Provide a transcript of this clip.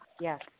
Yes